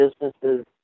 businesses